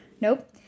Nope